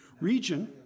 region